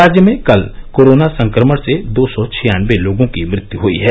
राज्य में कल कोरोना संक्रमण से दो सौ छियानबे लोगों की मृत्यु हुयी है